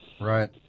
Right